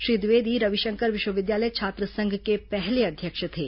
श्री द्विवेदी रविशंकर विश्वविद्यालय छात्र संघ के पहले अध्यक्ष थे